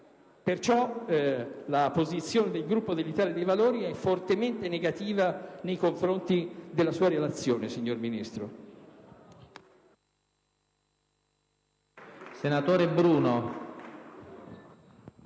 Perciò, la posizione del Gruppo dell'Italia dei Valori è fortemente negativa nei confronti della sua relazione, signor Ministro.